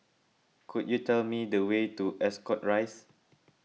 could you tell me the way to Ascot Rise